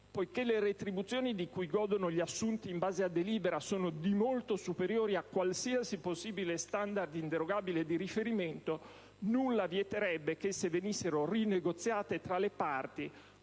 Poiché le retribuzioni di cui godono gli assunti in base a delibera sono di molto superiori a qualsiasi possibile standard inderogabile di riferimento, nulla vieterebbe alle parti di rinegoziarle con